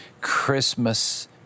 Christmas